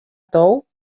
tou